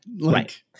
Right